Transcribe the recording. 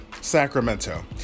Sacramento